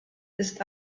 ist